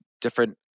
different